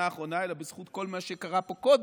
האחרונה אלא בזכות כל מה שקרה פה קודם.